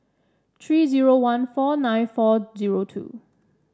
three zero one four nine four zero two